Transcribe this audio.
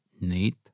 need